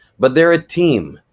but they're a team,